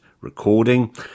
recording